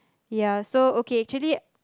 ya so okay actually